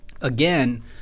again